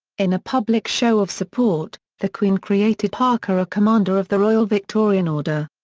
in a public show of support, the queen created parker a commander of the royal victorian order.